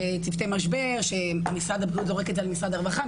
וצוותי משבר שמשרד הבריאות זורק את זה על משרד הרווחה.